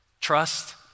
trust